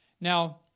Now